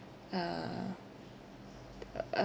uh uh